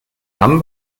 lamm